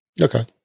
Okay